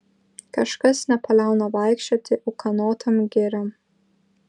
kažkas nepaliauna vaikščioti ūkanotom giriom